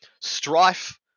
Strife